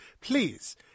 Please